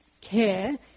care